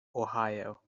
ohio